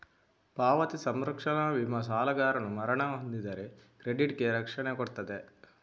ಪಾವತಿ ಸಂರಕ್ಷಣಾ ವಿಮೆ ಸಾಲಗಾರನು ಮರಣ ಹೊಂದಿದರೆ ಕ್ರೆಡಿಟ್ ಗೆ ರಕ್ಷಣೆ ಕೊಡ್ತದೆ